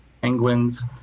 penguins